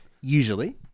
usually